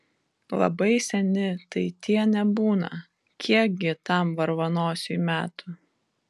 labai seni tai tie nebūna kiekgi tam varvanosiui metų